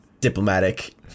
diplomatic